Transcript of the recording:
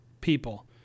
people